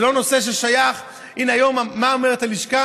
זה לא נושא ששייך, הינה, היום, מה אומרת הלשכה?